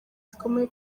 zikomeye